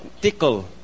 tickle